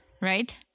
right